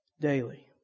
daily